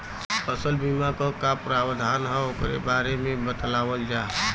फसल बीमा क का प्रावधान हैं वोकरे बारे में बतावल जा?